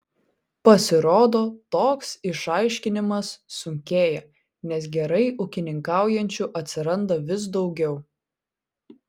pasirodo toks išaiškinimas sunkėja nes gerai ūkininkaujančių atsiranda vis daugiau